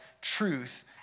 truth